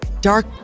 dark